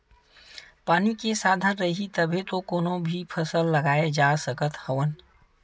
पानी के साधन रइही तभे तो कोनो भी फसल लगाए जा सकत हवन